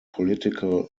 political